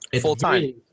full-time